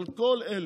אבל כל אלה